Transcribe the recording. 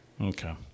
Okay